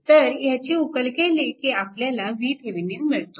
तर ह्याची उकल केली की आपल्याला VThevenin मिळतो